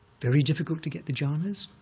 very difficult to get the jhanas.